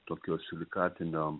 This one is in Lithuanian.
tokio silikatinio